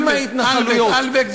אם ההתנחלויות, אַלבֵּק.